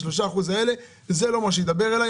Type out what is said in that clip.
ה-3% האלה לא מדברים אליי.